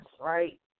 right